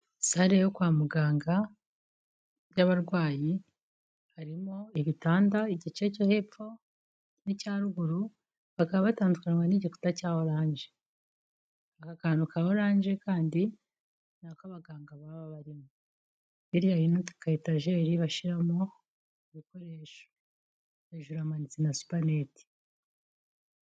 Sale yo kwa muganga y'abarwayi harimo ibitanda. Igice cyo hepfo n'icya ruguru bakaba batandukanywa n'igikuta cya oranje. Aka kantu ka oranje kandi ni ako abaganga baba barimo. Biriya bindi ni ka etajeri bashyiramo ibikoresho, hejuru hamanitse na supanete.